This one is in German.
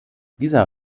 dieser